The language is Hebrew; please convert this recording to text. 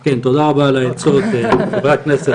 כן, תודה רבה על העצות, חברת הכנסת